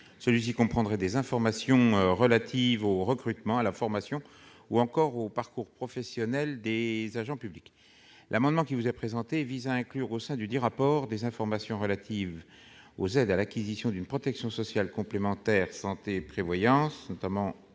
Celui-ci comprendrait des informations relatives au recrutement, à la formation ou encore aux parcours professionnels des agents publics. L'amendement qui vous est présenté vise à inclure au sein dudit rapport des informations relatives aux aides à l'acquisition d'une protection sociale complémentaire santé et prévoyance, notamment